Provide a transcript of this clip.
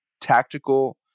tactical